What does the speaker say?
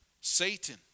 Satan